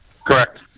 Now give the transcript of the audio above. Correct